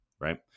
right